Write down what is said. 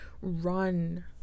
Run